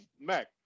Mac